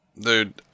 dude